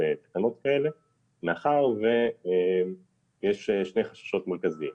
תקנות כאלה מאחר ויש שני חששות מרכזיים.